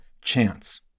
chance